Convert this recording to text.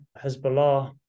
Hezbollah